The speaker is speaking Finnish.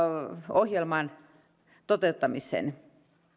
ohjelman toteuttamiseen